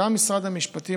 גם משרד המשפטים,